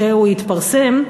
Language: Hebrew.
כשהוא יתפרסם,